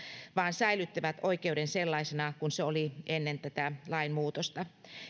säilyttivät oikeuden sellaisena kuin se oli ennen tätä lainmuutosta